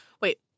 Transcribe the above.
Wait